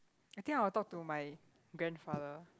I think I will talk to my grandfather